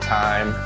time